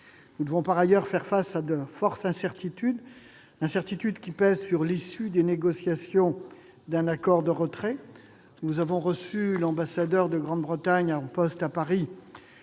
Nous devons, par ailleurs, faire face à la forte incertitude qui pèse sur l'issue des négociations d'un accord de retrait. Nous avons reçu l'ambassadeur de Grande-Bretagne en poste à Paris.